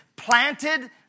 planted